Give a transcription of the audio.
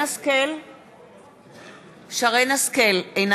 אינו נוכח חנין זועבי,